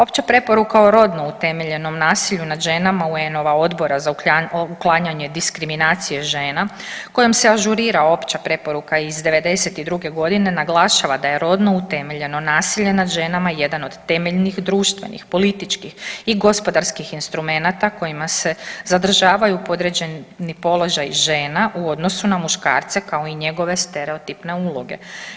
Opća preporuka o rodno utemeljenom nasilju nad ženama UN-ova Odbora za uklanjanje diskriminacije žena kojom se ažurira opća preporuka iz '92. godine naglašava da je rodno utemeljeno nasilje nad ženama jedan od temeljnih društvenih, političkih i gospodarskih instrumenata kojima se zadržavaju podređeni položaji žena u odnosu na muškarce kao i njegove stereotipne uloge.